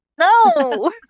No